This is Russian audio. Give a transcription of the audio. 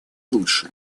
лучше